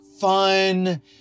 fun